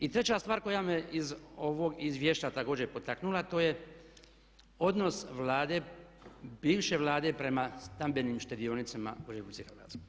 I treća stvar koja me iz ovog izvješća također potaknula to je odnos Vlade, bivše Vlade prema stambenim štedionicama u RH.